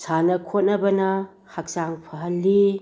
ꯁꯥꯟꯅ ꯈꯑꯣꯠꯅꯕꯅ ꯍꯛꯆꯥꯡ ꯐꯍꯜꯂꯤ